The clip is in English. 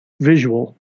visual